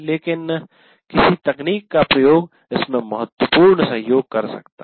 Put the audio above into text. लेकिन किसी तकनीक का प्रयोग इसमें महत्वपूर्ण सहयोग कर सकती है